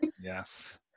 Yes